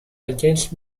against